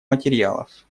материалов